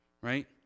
Right